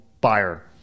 buyer